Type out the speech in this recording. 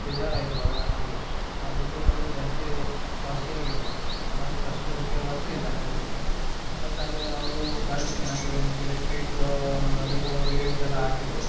ಬೇಜಾರಾಯಿತು ಅದನ್ನು ನೋಡಿ ಆ ದುಡ್ಡು ನೋಡಿದರೆ ಜಾಸ್ತಿ ಕಾಸ್ಟ್ಲಿ ಆಗಿತ್ತು ಅಮೌಂಟ್ ಅಷ್ಟು ಅದಕ್ಕೆ ವರ್ತಿಲ್ಲ ನೋಡೋದಕ್ಕೆ ಬಟ್ ಆದರೆ ಅವರು ಕ್ವಾಲಿಟಿ ಚೆನ್ನಾಗಿದೆ ಅಂಥೇಳಿ ಫೇಕ ರಿಮೂ ರಿವ್ಯೂವ್ಸೆಲ್ಲ ಹಾಕಿದ್ರು